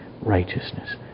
righteousness